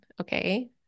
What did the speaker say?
Okay